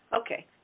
Okay